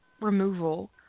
removal